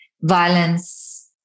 violence